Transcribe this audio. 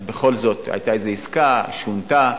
אז בכל זאת היתה איזה עסקה, היא שונתה,